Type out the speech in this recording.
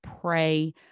pray